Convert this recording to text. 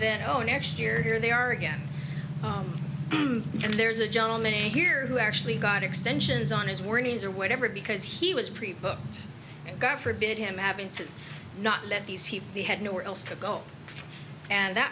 know next year here they are again and there's a gentleman here who actually got extensions on his worries or whatever because he was prepared and god forbid him having to not let these people they had nowhere else to go and that